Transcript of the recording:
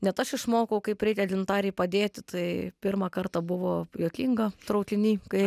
net aš išmokau kaip reikia gintarei padėti tai pirmą kartą buvo juokinga traukiny kai